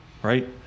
right